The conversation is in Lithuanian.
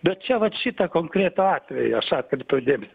bet čia vat šitą konkretų atvejį aš atkreipiau dėmesį